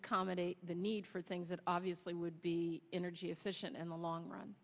accommodate the need for things that obviously would be energy efficient and the long run